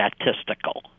statistical